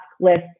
list